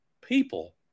People